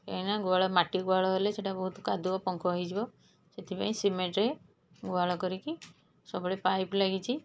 କାହିଁକିନା ଗୁହାଳ ମାଟି ଗୁହାଳ ହେଲେ ସେଇଟା ବହୁତ କାଦୁଅ ପଙ୍କ ହେଇଯିବ ସେଥିପାଇଁ ସିମେଣ୍ଟ ଗୁହାଳ କରିକି ସବୁବେଳେ ପାଇପ୍ ଲାଗିଛି